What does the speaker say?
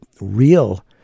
real